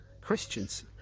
Christians